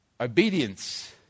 obedience